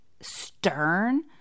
stern